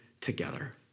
together